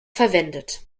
verwendet